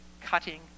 cutting